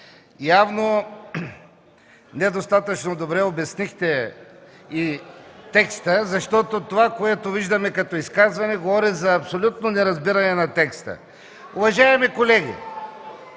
явно недостатъчно добре обяснихте и текста, защото това, което слушаме като изказване, говори за абсолютно неразбиране на текста! Уважаеми колеги,